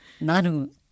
Nanu